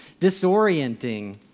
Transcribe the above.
disorienting